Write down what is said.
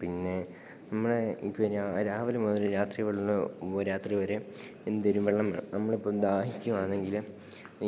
പിന്നെ നമ്മുടെ ഇപ്പോള് ഇനി രാവിലെ മുതല് രാത്രി വെള്ളം രാത്രി വരെയും എന്തേലും വെള്ളം വേണം നമ്മളിപ്പോള് ദാഹിക്കുകയാണെങ്കില്